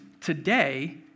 today